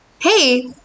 hey